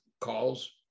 calls